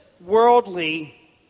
worldly